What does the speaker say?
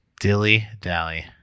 Dilly-dally